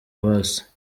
busa